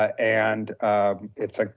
and it's like,